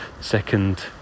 second